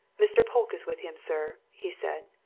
mr. polke is with him, sir, he said.